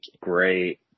Great